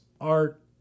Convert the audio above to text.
art